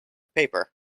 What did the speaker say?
paper